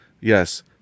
Yes